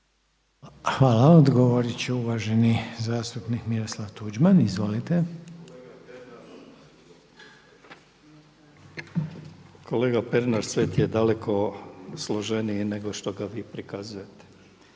Hvala. Odgovorit će uvaženi zastupnik Miroslav Tuđman. Izvolite. **Tuđman, Miroslav (HDZ)** Kolega Pernar, svijet je daleko složeniji nego što ga vi prikazujete.